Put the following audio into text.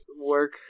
work